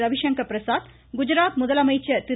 ரவிசங்கர் பிரசாத் குஜராத் முதலமைச்சர் திரு